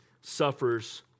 suffers